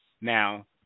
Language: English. Now